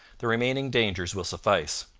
the remaining dangers will suffice.